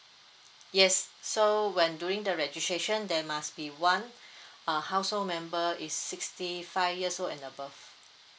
yes so when doing the registration there must be one uh household member is sixty five years old and above